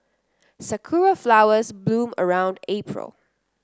sakura flowers bloom around April